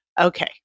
Okay